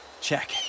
check